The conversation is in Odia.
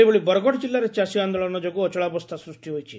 ସେହିଭଳି ବରଗଡ଼ କିଲ୍ଲାରେ ଚାଷୀ ଆନ୍ଦୋଳନ ଯୋଗୁଁ ଅଚଳାବସ୍କା ସୃଷ୍କି ହୋଇଛି